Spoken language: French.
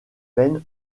peine